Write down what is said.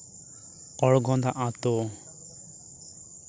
ᱚᱲᱜᱳᱫᱟ ᱟᱛᱳ